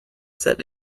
set